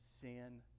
sin